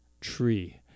tree